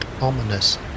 ominous